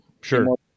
sure